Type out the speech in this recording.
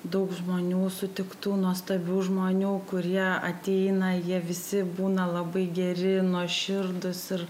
daug žmonių sutiktų nuostabių žmonių kurie ateina jie visi būna labai geri nuoširdūs ir